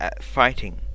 fighting